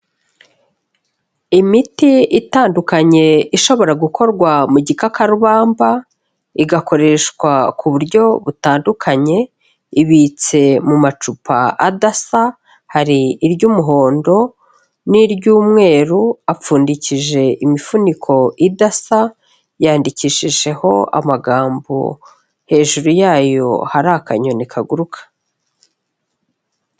Imiti itandukanye ishobora gukorwa mu gikakarubamba, igakoreshwa ku buryo butandukanye, ibitse mu macupa adasa, hari iry'umuhondo n'iry'umweru, apfundikije imifuniko idasa, yanyandikishijeho amagambo, hejuru yayo hari akanyoni kaguruka.